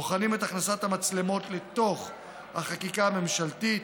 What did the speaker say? בוחנים את הכנסת המצלמות לתוך החקיקה הממשלתית.